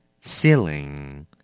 ceiling